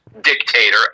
dictator